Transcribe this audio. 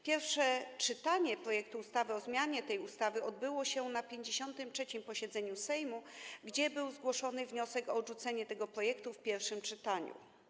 Pierwsze czytanie projektu ustawy o zmianie tej ustawy odbyło się na 53. posiedzeniu Sejmu, gdzie był zgłoszony wniosek o odrzucenie tego projektu w pierwszym czytaniu.